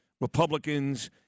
Republicans